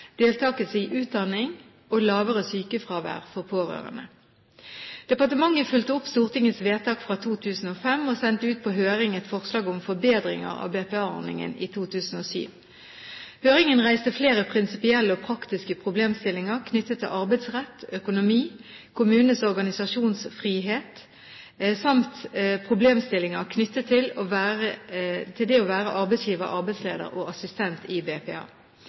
deltakelse i utdanning og lavere sykefravær for pårørende. Departementet fulgte opp Stortingets vedtak fra 2005, og sendte ut på høring et forslag om forbedringer av BPA-ordningen i 2007. Høringen reiste flere prinsipielle og praktiske problemstillinger knyttet til arbeidsrett, økonomi, kommunenes organisasjonsfrihet samt problemstillinger knyttet til det å være arbeidsgiver, arbeidsleder og assistent i BPA.